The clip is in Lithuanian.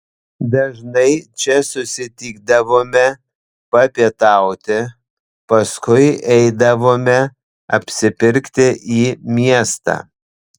dažnai čia susitikdavome papietauti paskui eidavome apsipirkti į miestą